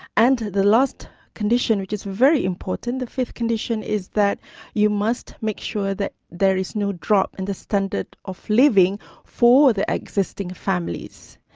and the last condition, which is very important, the fifth condition is that you must make sure that there is no drop in the standard of living for the existing families.